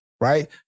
right